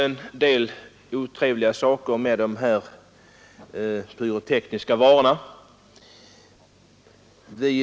En del otrevliga saker händer med de här pyrotekniska varorna.